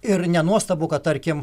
ir nenuostabu kad tarkim